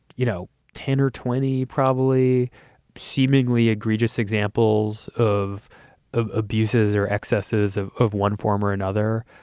you know, ten or twenty probably seemingly egregious examples of of abuses or excesses of of one form or another.